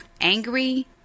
Angry